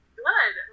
good